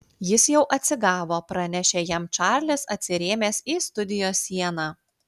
jis jau atsigavo pranešė jam čarlis atsirėmęs į studijos sieną